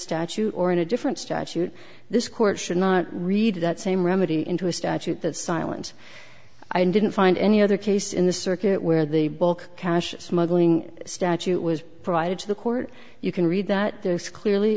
statute or in a different statute this court should not read that same remedy into a statute that silent i didn't find any other case in the circuit where the bulk cash smuggling statute was provided to the court you can read that there is clearly